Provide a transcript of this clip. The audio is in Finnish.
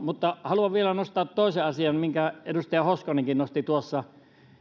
mutta haluan vielä nostaa toisen asian minkä edustaja hoskonenkin nosti tuossa